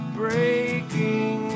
breaking